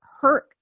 hurt